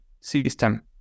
system